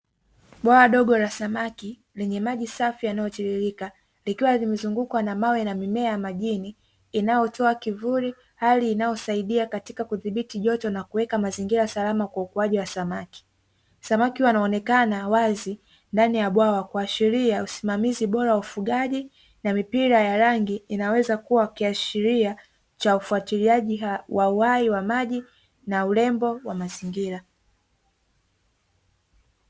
Bwawa dogo la samaki lenye maji safi yanayotiririka likiwa limezungukwa na mawe na mimea ya majini inayotoa kivuli, hali inayosaidia katika kudhibiti joto na kuweka mazingira salama kwa ukuaji wa samaki. Samaki wanaonekana wazi ndani ya bwawa kuashiria usimamizi bora wa ufugaji na mipira ya rangi inaweza kuwa kiashiria cha ufuatiliaji wa uhai wa maji na urembo wa mazingira.